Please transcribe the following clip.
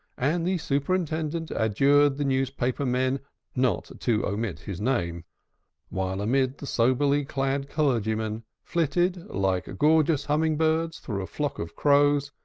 and the superintendent adjured the newspaper men not to omit his name while amid the soberly-clad clergymen flitted, like gorgeous humming-birds through a flock of crows,